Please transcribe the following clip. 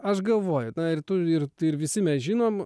aš galvoju na ir tu ir ir visi mes žinom